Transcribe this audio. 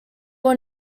were